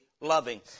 loving